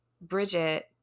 Bridget